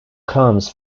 comes